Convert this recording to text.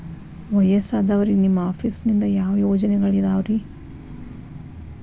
ವಯಸ್ಸಾದವರಿಗೆ ನಿಮ್ಮ ಆಫೇಸ್ ನಿಂದ ಯಾವ ಯೋಜನೆಗಳಿದಾವ್ರಿ?